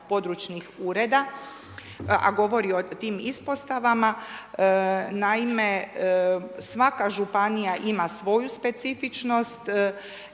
područnih ureda, a govori o tim ispostavama. Naime, svaka Županija ima svoju specifičnost